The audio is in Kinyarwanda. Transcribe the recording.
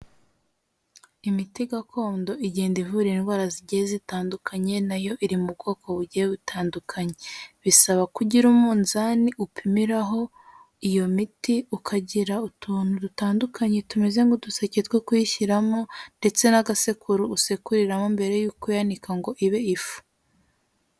Imiti gakondo igenda ivura indwara zigiye zitandukanye nayo iri mu bwoko bugiye butandukanye bisaba ko ugira umunzani upimiraho iyo miti ukagira utuntu dutandukanye tumeze nk'uduseke two kuyishyiramo ndetse n'agasekururo usekuriramo mbere yuko uyanika ngo ibe ifu.